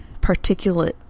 particulate